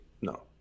no